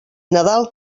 nadal